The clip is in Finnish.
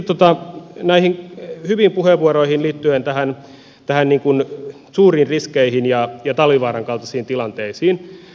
sitten näihin hyviin puheenvuoroihin liittyen suuriin riskeihin ja talvivaaran kaltaisiin tilanteisiin